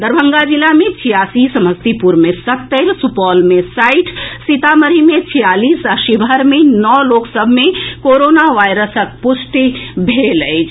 दरभंगा जिला मे छियासी समस्तीपुर मे सत्तरि सुपौल मे साठि सीतामढ़ी मे छियालीस आ शिवहर मे नओ लोक सभ मे कोरोना वायरसक पुष्टि भेल अछि